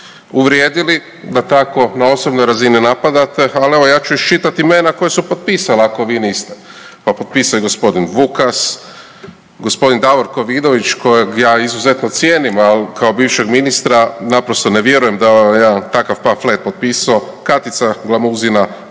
uvrijedili, da tako na osobnoj razini napadate, ali evo ja ću iščitati imena koja su potpisala ako vi niste, pa potpisao je gospodin Vukas, gospodin Davorko Vidović kojeg ja izuzetno cijenim al kao bivšeg ministra naprosto ne vjerujem da je on jedan takav pamflet potpisao, Katica Glamuzina,